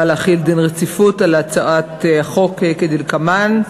להחיל דין רציפות על הצעות חוק כדלקמן: